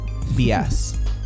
BS